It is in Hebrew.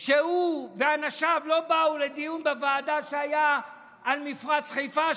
שהוא ואנשיו לא באו לדיון בוועדה שהיה על מפרץ חיפה,